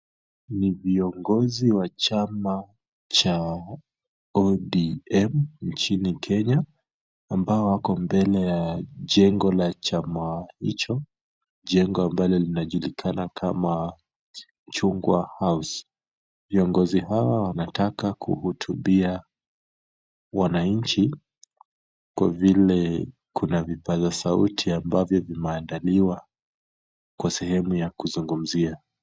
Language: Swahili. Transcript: Ni viongozi wa chama cha ODM nchini Kenya ambao wako mbele ya jengo la chama hicho, jengo ambalo lina julikana kama Chungwa House. Viongozi hawa wanataka kuhutubia wananchi kwa vile kuna vipaza sauti ambavyo vimeandaliwa kwa sehemu ya kuzungumzia.